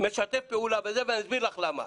משתף פעולה בזה ואסביר לך למה,